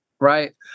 right